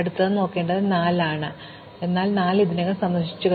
അതിനാൽ ഞങ്ങൾ 4 നോക്കേണ്ടതുണ്ട് എന്നാൽ 4 ഉം ഇതിനകം സന്ദർശിച്ചു